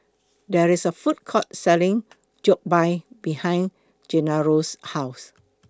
There IS A Food Court Selling Jokbal behind Genaro's House